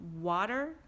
water